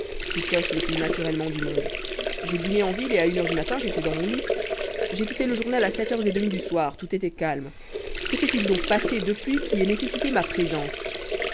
coche le plus naturellement du monde j'ai dîné en ville et à une heure du matin j'étais dans mon lit j'ai quitté le journal à sept heures et demi du soir tout était calme que s'est-il donc passé depuis qui ait nécessité ma présence